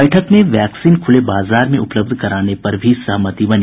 बैठक में वैक्सीन खुले बाजार में उपलब्ध कराने पर भी सहमति बनी